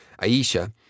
Aisha